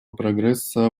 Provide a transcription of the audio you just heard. прогресса